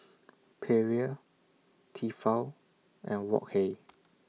Perrier Tefal and Wok Hey